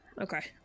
okay